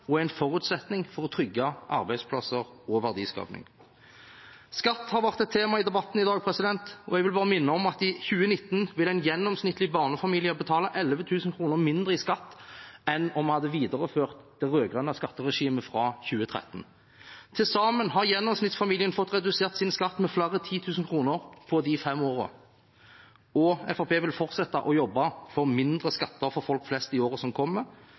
og en forutsetning for å trygge arbeidsplasser og verdiskaping. Skatt har vært et tema i debatten i dag. Jeg vil bare minne om at i 2019 vil en gjennomsnittlig barnefamilie betale 11 000 kr mindre i skatt enn om vi hadde videreført det rød-grønne skatteregimet fra 2013. Til sammen har gjennomsnittsfamilien fått redusert sin skatt med flere titusen kroner på disse fem årene. Fremskrittspartiet vil fortsette å jobbe for mindre skatter for folk flest i året som kommer,